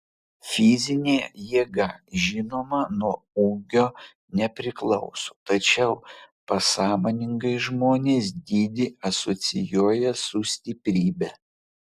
fizinė jėga žinoma nuo ūgio nepriklauso tačiau pasąmoningai žmonės dydį asocijuoja su stiprybe